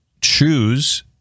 choose